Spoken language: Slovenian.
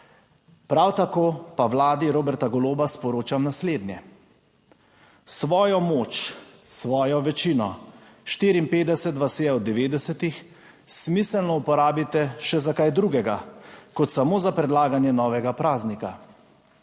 Prav tako pa vladi Roberta Goloba sporočam naslednje. Svojo moč, svojo večino, 54 vas je v 90, smiselno uporabiti še za kaj drugega, kot samo za predlaganje novega praznika.